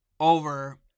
Over